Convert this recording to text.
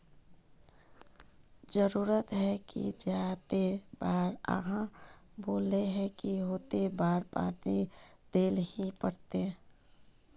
जरूरी है की जयते बार आहाँ बोले है होते बार पानी देल ही पड़ते?